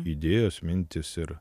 idėjos mintys ir